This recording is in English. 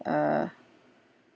uh